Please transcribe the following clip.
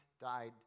died